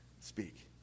speak